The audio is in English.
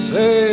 Say